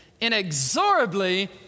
inexorably